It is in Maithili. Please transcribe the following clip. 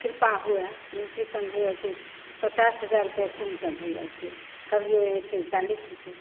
किरपा हुए मिश्रीकन्द हो जाइ छै पचास हजार रुपैए कुन्टल हो जाइ छै कभी हो जाइ छै चालिस रुपैए